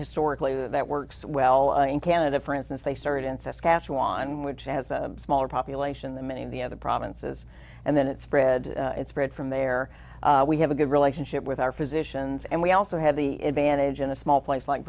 historically that works well in canada for instance they started incest catch one which has a smaller population than many of the other provinces and then it spread spread from there we have a good relationship with our physicians and we also have the advantage in a small place like